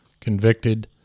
convicted